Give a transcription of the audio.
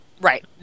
Right